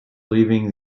leaving